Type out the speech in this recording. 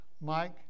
Mike